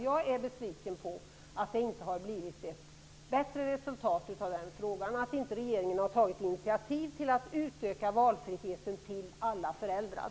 Jag är besviken över att det inte har blivit ett bättre resultat, att regeringen inte har tagit initiativ till att utöka valfriheten till att gälla alla föräldrar.